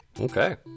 Okay